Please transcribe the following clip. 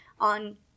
on